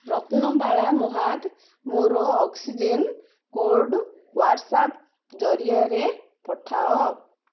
ରତ୍ନବାଳା ମହାତ ମୋର oxygen code WhatsApp ଜରିଆରେ ପଠାଅ